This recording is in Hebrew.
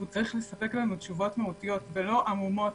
והוא צריך לספק לנו תשובות מהותיות ולא עמומות,